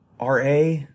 RA